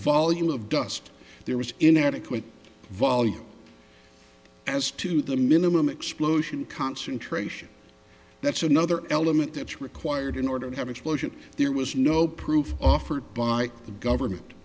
volume of dust there was inadequate volume as to the minimum explosion concentration that's another element that's required in order to have explosion there was no proof offered by the government